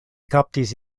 kaptis